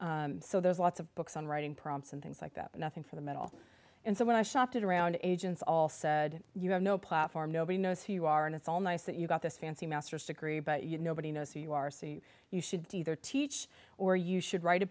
projects so there's lots of books on writing prompts and things like that nothing for the middle and so when i shopped it around agents all said you have no platform nobody knows who you are and it's all nice that you've got this fancy master's degree but you nobody knows who you are see you should be there teach or you should write a